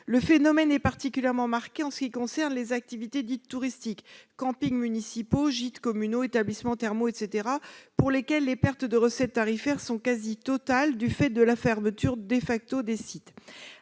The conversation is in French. Le phénomène est particulièrement marqué pour ce qui concerne les activités dites touristiques- camping municipaux, gîtes communaux, établissements thermaux, etc. -, pour lesquelles les pertes de recettes tarifaires sont quasi totales du fait de la fermeture des sites.